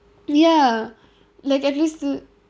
ya like at least t~